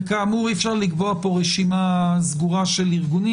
כאמור אי אפשר לקבוע פה רשימה סגורה של ארגונים